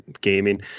gaming